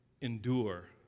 endure